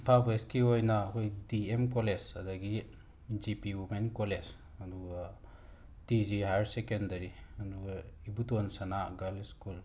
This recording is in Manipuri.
ꯏꯝꯐꯥꯜ ꯋꯦꯁꯀꯤ ꯑꯣꯏꯅ ꯑꯩꯈꯣꯏ ꯗꯤ ꯑꯦꯝ ꯀꯣꯂꯦꯖ ꯑꯗꯒꯤ ꯖꯤ ꯄꯤ ꯋꯨꯃꯦꯟ ꯀꯣꯂꯦꯖ ꯑꯗꯨꯒ ꯇꯤ ꯖꯤ ꯍꯥꯌꯔ ꯁꯦꯀꯦꯟꯗꯔꯤ ꯑꯗꯨꯒ ꯏꯕꯣꯇꯣꯟ ꯁꯥꯅ ꯒꯥꯔꯜꯁ ꯁ꯭ꯀꯨꯜ